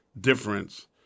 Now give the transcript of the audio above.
difference